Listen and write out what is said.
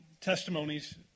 testimonies